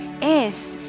es